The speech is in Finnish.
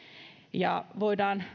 ja voidaan